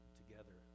together